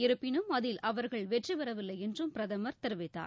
இருப்பினும் அதில் அவர்கள் வெற்றி பெறவில்லை என்றும் பிரதமர் தெரிவித்தார்